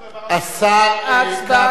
השר כץ,